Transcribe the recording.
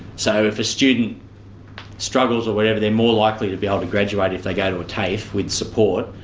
so if a student struggles or whatever, they're more likely to be able to graduate if they go to a tafe with support,